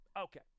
Okay